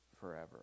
forever